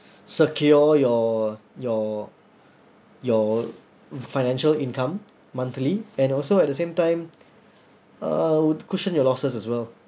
secure your your your financial income monthly and also at the same time uh would cushion your losses as well